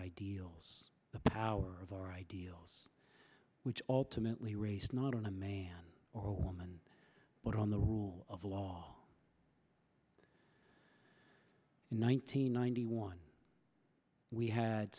ideals the power of our ideals which ultimately race not on a man or woman but on the rule of law in one nine hundred ninety one we had